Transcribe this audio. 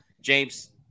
James